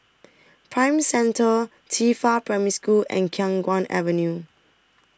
Prime Centre Qifa Primary School and Khiang Guan Avenue